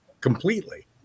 completely